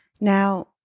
Now